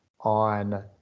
on